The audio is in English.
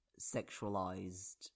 sexualized